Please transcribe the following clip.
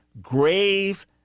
grave